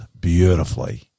beautifully